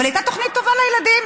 אבל היא הייתה תוכנית טובה לילדים,